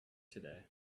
today